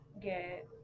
get